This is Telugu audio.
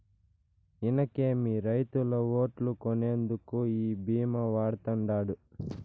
ఇనకేమి, రైతుల ఓట్లు కొనేందుకు ఈ భీమా వాడతండాడు